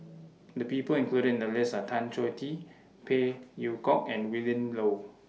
The People included in The list Are Tan Choh Tee Phey Yew Kok and Willin Low